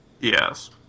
Yes